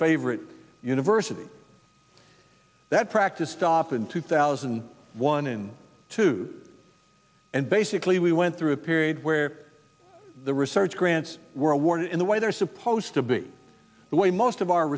favorite university that practiced off in two thousand and one and two and basically we went through a period where the research grants were awarded in the way they're supposed to be the way most of our